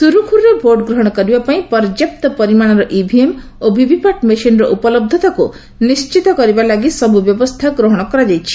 ସୁରୁଖୁରୁରେ ଭୋଟ୍ଗ୍ରହଣ କରିବା ପାଇଁ ପର୍ଯ୍ୟାପ୍ତ ପରିମାଣର ଇଭିଏମ୍ ଓ ଭିଭିପାଟ୍ ମେସିନ୍ର ଉପଲହ୍ରତାକୁ ନିଷ୍ଟିତ କରିବା ଲାଗି ସବ୍ ବ୍ୟବସ୍ଥା ଗ୍ୱହଣ କରାଯାଇଛି